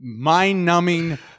mind-numbing